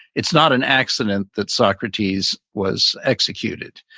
it's not an accident that socrates was executed.